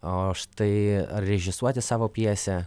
o štai režisuoti savo pjesę